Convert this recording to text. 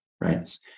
right